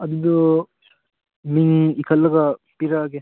ꯑꯗꯨ ꯃꯤꯡ ꯏꯈꯠꯂꯒ ꯄꯤꯔꯛꯂꯒꯦ